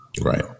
right